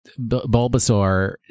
Bulbasaur